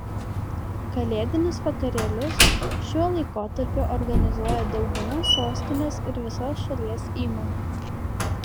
kalėdinius vakarėlius šiuo laikotarpiu organizuoja dauguma sostinės ir visos šalies įmonių